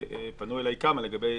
פנו אליי כמה לגבי